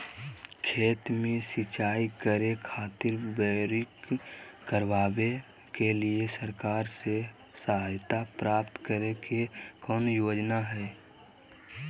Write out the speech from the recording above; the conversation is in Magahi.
खेत में सिंचाई करे खातिर बोरिंग करावे के लिए सरकार से सहायता प्राप्त करें के कौन योजना हय?